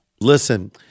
Listen